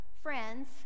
friends